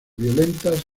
violentas